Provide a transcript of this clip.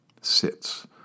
sits